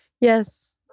Yes